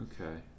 okay